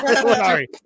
Sorry